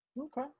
Okay